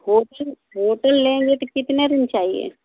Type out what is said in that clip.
hotel लेंगे तो कितने रूम चाहिए